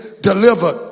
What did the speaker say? delivered